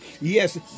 Yes